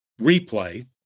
replay